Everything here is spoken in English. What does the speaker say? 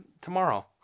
tomorrow